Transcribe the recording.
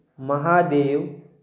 Mahadev